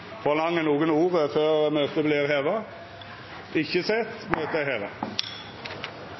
Ber nokon om ordet før møtet vert heva? – Møtet er heva.